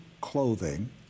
clothing